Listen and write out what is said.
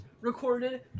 recorded